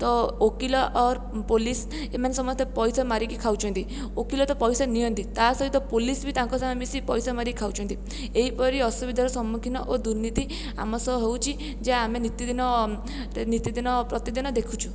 ତ ଓକିଲ ଅର୍ ପୋଲିସ ଏମାନେ ସମସ୍ତେ ପଇସା ମାରିକି ଖାଉଛନ୍ତି ଓକିଲ ତ ପଇସା ନିଅନ୍ତି ତା'ସହିତ ପୋଲିସ ବି ତାଙ୍କ ସାଙ୍ଗରେ ମିଶି ପଇସା ମାରି ଖାଉଛନ୍ତି ଏହିପରି ଅସୁବିଧାର ସମ୍ମୁଖୀନ ଓ ଦୁର୍ନୀତି ଆମ ସହ ହେଉଛି ଯେ ଆମେ ନିତିଦିନ ନିତିଦିନ ପ୍ରତିଦିନ ଦେଖୁଛୁ